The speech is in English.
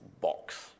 box